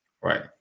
Right